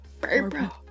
Barbara